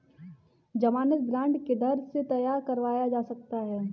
ज़मानत बॉन्ड किधर से तैयार करवाया जा सकता है?